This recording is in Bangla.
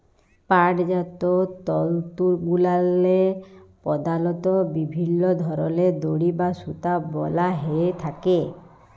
পাটজাত তলতুগুলাল্লে পধালত বিভিল্ল্য ধরলের দড়ি বা সুতা বলা হ্যঁয়ে থ্যাকে